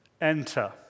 Enter